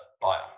buyer